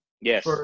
Yes